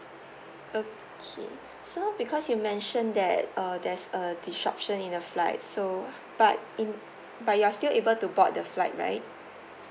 okay so because you mention that uh there's a disruption in the flights so but in but you're still able to board the flight right